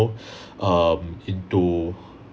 um into